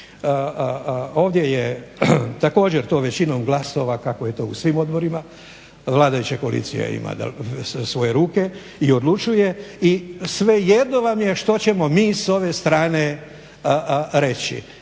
Ovdje je također to većinom glasova kako je to u svim odborima, vladajuća koalicija ima svoje ruke i odlučuje i svejedno vam je što ćemo mi s ove strane reći.